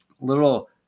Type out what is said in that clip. little